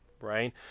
Right